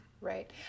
Right